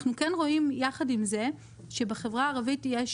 אנחנו כן רואים יחד עם זה שבחברה הערבית יש